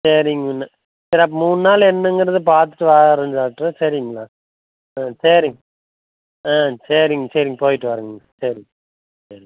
சரிங்க பின்னர் சரி அப்போ மூணு நாள் என்னங்கிறதை பார்த்துட்டு ஆகாரம் சாப்பிட்டுட்றேன் சரிங்களா ஆ சரிங்க ஆ சரிங்க சரிங்க போயிட்டு வரேனுங்க சரிங்க சரி